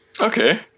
okay